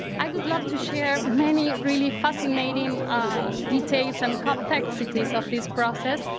i would love to share many really fascinating details and complexities of this process,